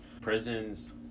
prisons